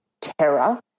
terror